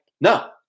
no